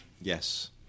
Yes